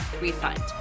refund